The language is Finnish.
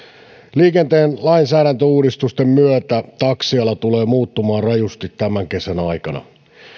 liikenteen lainsäädäntöuudistusten myötä taksiala tulee muuttumaan rajusti tämän kesän aikana